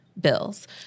bills